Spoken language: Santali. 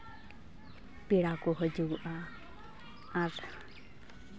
ᱯᱮᱲᱟ ᱠᱚ ᱦᱤᱡᱩᱜᱚᱜᱼᱟ ᱟᱨ